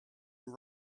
been